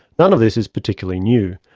none of this is particularly new.